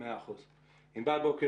ענבל,